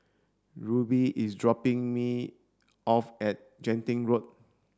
Rubye is dropping me off at Genting Road